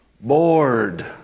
bored